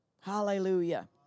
Hallelujah